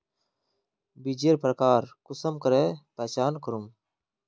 बीजेर प्रकार कुंसम करे पहचान करूम?